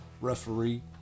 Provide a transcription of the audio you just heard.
referee